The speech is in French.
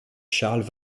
charles